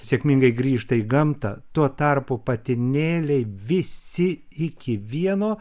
sėkmingai grįžta į gamtą tuo tarpu patinėliai visi iki vieno